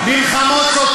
לא יעזור לך כלום.